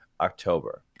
October